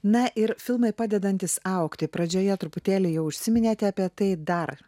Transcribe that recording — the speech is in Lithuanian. na ir filmai padedantys augti pradžioje truputėlį jau užsiminėte apie tai dar